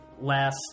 last